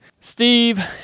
Steve